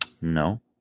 No